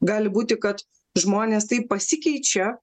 gali būti kad žmonės taip pasikeičia